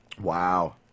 Wow